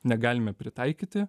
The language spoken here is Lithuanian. negalime pritaikyti